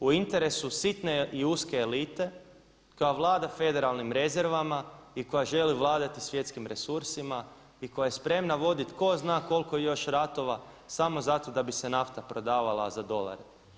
U interesu sitne i uske elite koja vlada federalnim rezervama i koja želi vladati svjetskim resursima i koja je spremna voditi tko zna koliko još ratova samo zato da bi se nafta prodavala za dolar.